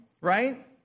right